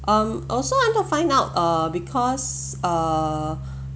um also I want to find out uh because err